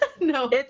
No